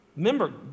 Remember